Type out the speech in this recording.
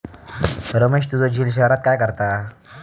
रमेश तुझो झिल शहरात काय करता?